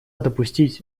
допустить